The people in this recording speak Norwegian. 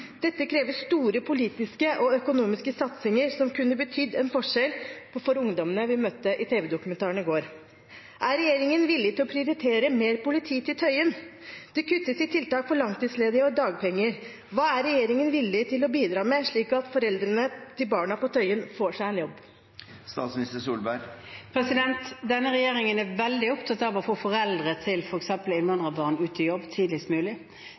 Dette krever store politiske og økonomiske satsinger, som kunne betydd en forskjell for ungdommene vi møtte i tv-dokumentaren i går. Er regjeringen villig til å prioritere mer politi på Tøyen? Det kuttes i tiltak for langtidsledige og dagpenger. Hva er regjeringen villig til å bidra med, slik at foreldrene til barna på Tøyen får seg en jobb? Denne regjeringen er veldig opptatt av å få foreldre til f.eks. innvandrerbarn ut i jobb tidligst mulig.